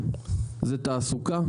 זה תעסוקה,